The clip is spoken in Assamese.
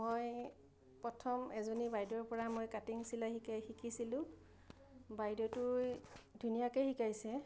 মই প্ৰথম এজনী বাইদেউৰ পৰা মই কাটিং চিলাই শিকিছিলোঁ বাইদেউটোৱে ধুনীয়াকৈ শিকাইছে